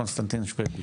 קונסטנטין שוויביש.